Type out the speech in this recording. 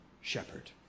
shepherd